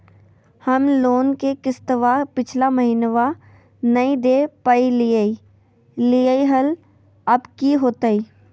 हम लोन के किस्तवा पिछला महिनवा नई दे दे पई लिए लिए हल, अब की होतई?